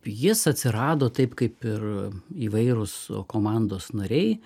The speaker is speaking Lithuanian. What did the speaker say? jis atsirado taip kaip ir įvairūs komandos nariai